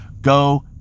go